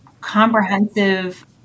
comprehensive